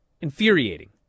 Infuriating